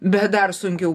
bet dar sunkiau